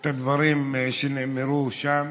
את הדברים שנאמרו שם.